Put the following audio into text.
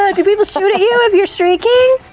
ah do people shoot at you if you're streaking?